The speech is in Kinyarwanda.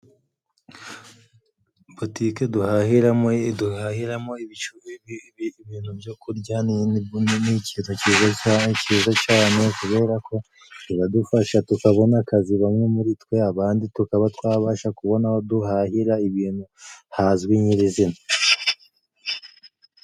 Butike duhahiramo iyi duhahiramo ibintu byo kurya ni ikintu cyiza cyane kubera ko iradufasha tukabona akazi bamwe muri twe, abandi tukaba twabasha kubona aho duhahira ibintu hazwi nyirizina.